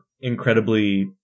incredibly